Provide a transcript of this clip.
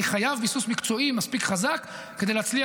אני חייב ביסוס מקצועי מספיק חזק כדי להצליח,